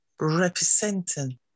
representing